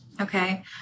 Okay